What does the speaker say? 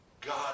God